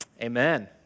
Amen